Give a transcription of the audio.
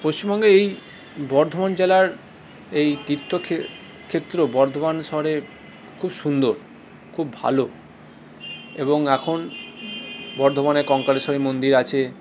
পশ্চিমবঙ্গের এই বর্ধমান জেলার এই তীর্থক্ষেত্র বর্ধমান শহরের খুব সুন্দর খুব ভালো এবং এখন বর্ধমানে কঙ্কালেশ্বরী মন্দির আছে